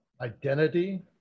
identity